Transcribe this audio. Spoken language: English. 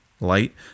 light